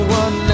one